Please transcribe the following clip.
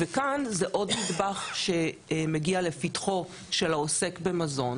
וכאן זה עוד נדבך שמגיע לפתחו של העוסק במזון